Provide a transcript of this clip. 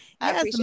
Yes